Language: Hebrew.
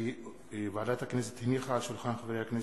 כי ועדת הכנסת הניחה על שולחן הכנסת,